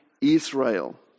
Israel